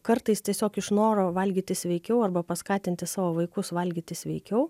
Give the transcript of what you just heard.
kartais tiesiog iš noro valgyti sveikiau arba paskatinti savo vaikus valgyti sveikiau